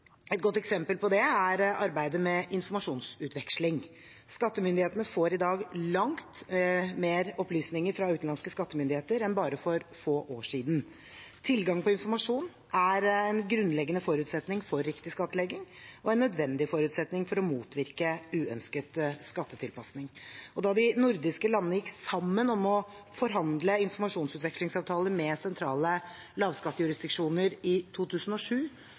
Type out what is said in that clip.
Et godt eksempel på det er arbeidet med informasjonsutveksling. Skattemyndighetene får i dag langt mer opplysninger fra utenlandske skattemyndigheter enn for bare få år siden. Tilgang på informasjon er en grunnleggende forutsetning for riktig skattlegging og en nødvendig forutsetning for å motvirke uønsket skattetilpasning. Da de nordiske landene gikk sammen om å forhandle informasjonsutvekslingsavtaler med sentrale lavskattjurisdiksjoner i 2007,